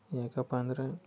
ಯಾಕಪ್ಪ ಅಂದರೆ